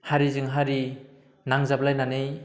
हारिजों हारि नांजाबलायनानै